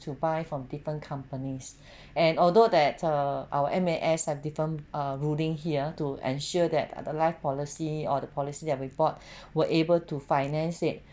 to buy from different companies and although that err our M_A_S have different uh ruling here to ensure that the life policy or the policy that we bought were able to finance it